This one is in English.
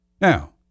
Now